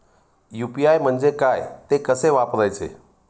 UPI म्हणजे काय, ते कसे वापरायचे?